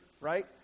right